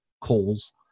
calls